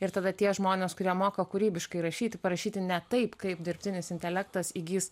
ir tada tie žmonės kurie moka kūrybiškai rašyti parašyti ne taip kaip dirbtinis intelektas įgis